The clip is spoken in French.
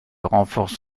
renforce